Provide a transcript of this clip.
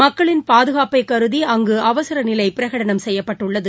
மக்களின் பாதுகாப்பை கருதி அங்கு அவசரநிலை பிரகடனம் செய்யப்பட்டுள்ளது